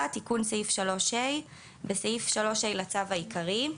תיקון סעיף 3ה 4. בסעיף 3ה לצו העיקרי,